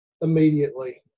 immediately